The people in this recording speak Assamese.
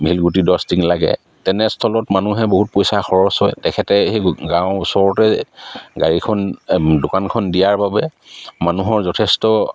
শিলগুটি দহটিং লাগে তেনে স্থলত মানুহে বহুত পইচা খৰচ হয় তেখেতে সেই গাঁওৰ ওচৰতে গাড়ীখন দোকানখন দিয়াৰ বাবে মানুহৰ যথেষ্ট